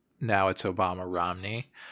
now-it's-Obama-Romney—